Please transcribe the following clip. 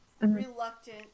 Reluctant